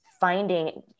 finding